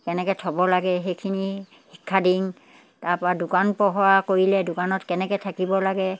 কেনেকৈ থ'ব লাগে সেইখিনি শিক্ষা দিওঁ তাৰপৰা দোকান পোহাৰ কৰিলে দোকানত কেনেকৈ থাকিব লাগে